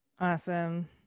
awesome